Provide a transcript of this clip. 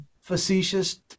facetious